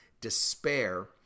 despair